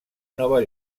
nova